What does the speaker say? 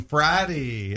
Friday